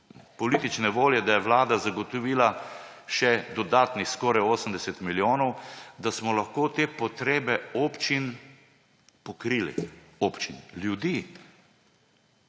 politične volje, da je vlada zagotovila še dodatnih skoraj 80 milijonov, da smo lahko te potrebe občin pokrili. Občin? Ljudi.